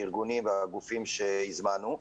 הארגונים והגופים שהזמנו.